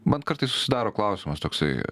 man kartais susidaro klausimas toksai